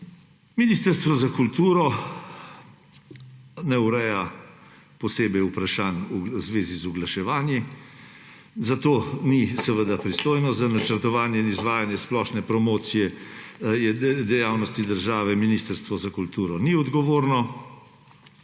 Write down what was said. Ministrstvo za kulturo ne ureja posebej vprašanj v zvezi z oglaševanjem. Zato seveda ni pristojno za načrtovanje in izvajanje splošne promocije dejavnosti države, Ministrstvo za kulturo ni odgovorno.